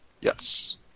Yes